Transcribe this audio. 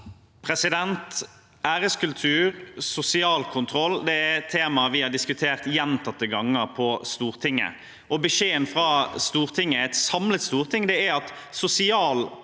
Æreskul- tur og sosial kontroll er tema vi har diskutert gjentatte ganger på Stortinget. Beskjeden fra Stortinget, et samlet storting, er at sosial kontroll,